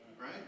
right